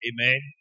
Amen